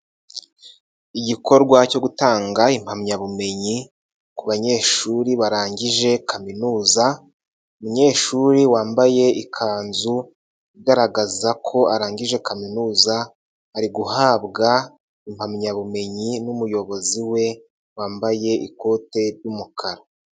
Igikorwa cyo gutanga impamyabumenyi ku banyeshuri barangije kaminuza, umunyeshuri wambaye ikanzu igaragaza ko arangije kaminuza ari guhabwa impamyabumenyi n'umuyobozi we wambaye ikote ry'umukara.